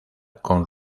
con